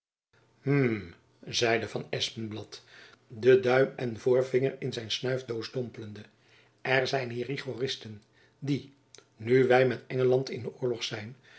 hm zeide van espenblad den duim en voorvinger in zijn snuifdoos dompelende er zijn hier rigoristen die nu wy met engeland in oorlog zijn